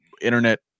Internet